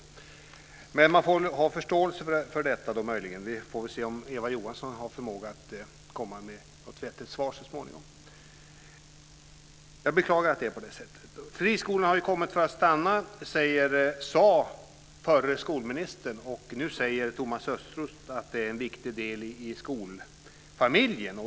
Jag får möjligen visa förståelse för detta. Vi får se om Eva Johansson har förmåga att lämna några vettiga svar så småningom. Friskolorna har kommit för att stanna, sade den förra skolministern, och nu säger Thomas Östros att de är en viktig del av skolfamiljen.